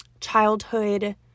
childhood